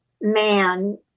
man